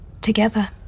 together